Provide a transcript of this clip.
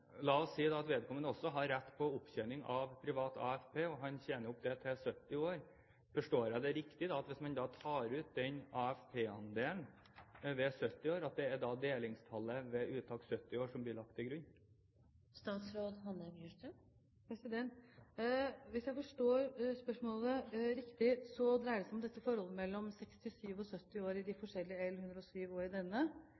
La oss si at vedkommende også har rett på opptjening av privat AFP, og han tjener opp det til fylte 70 år. Forstår jeg det riktig at det er slik at hvis man tar ut den AFP-andelen ved 70 år, er det delingstallet ved uttak 70 år som blir lagt til grunn? Hvis jeg forstår spørsmålet riktig, dreier det seg om forholdet mellom 67 og 70 år i